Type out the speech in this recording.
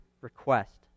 request